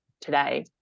today